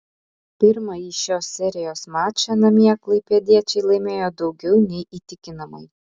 pirmąjį šios serijos mačą namie klaipėdiečiai laimėjo daugiau nei įtikinamai